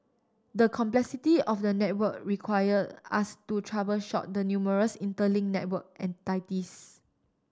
the complexity of the network require us to troubleshoot the numerous interlink network and entities